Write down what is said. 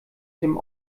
dem